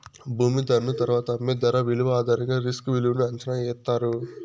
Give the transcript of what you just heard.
భూమి ధరను తరువాత అమ్మే ధర విలువ ఆధారంగా రిస్క్ విలువను అంచనా ఎత్తారు